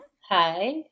Hi